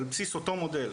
על בסיס אותו מודל,